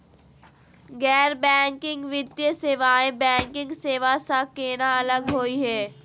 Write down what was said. गैर बैंकिंग वित्तीय सेवाएं, बैंकिंग सेवा स केना अलग होई हे?